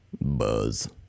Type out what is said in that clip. Buzz